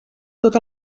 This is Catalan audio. tot